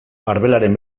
arbelaren